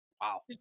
Wow